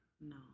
No